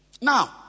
Now